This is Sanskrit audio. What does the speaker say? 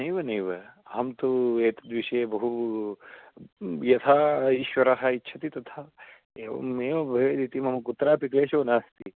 नैव नैव अहं तु एतद्विषये बहु यथा ईश्वरः इच्छति तथा एवमेव भवेत् इति मम कुत्रापि क्लेशो नास्ति